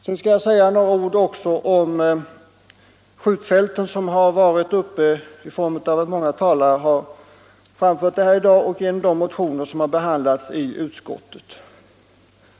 Jag skall även säga några ord om utvidgningen av Remmene skjutfält och det nya skjutfältet norr om Uddevalla. Flera talare har ju berört dessa frågor, som aktualiserats genom de motioner som har behandlats i utskottet.